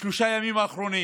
בשלושת הימים האחרונים